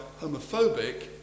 homophobic